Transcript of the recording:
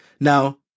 now